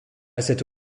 cette